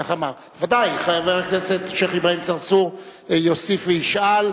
חבר הכנסת השיח' אברהים צרצור יוסיף וישאל.